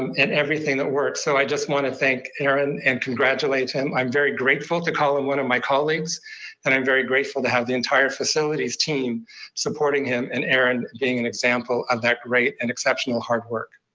and and everything that works. so i just want to thank aaron and congratulate him. i'm very grateful to call him one of my colleagues and i'm very grateful to have the entire facilities team supporting him and aaron being an example of that great and exceptional hard work.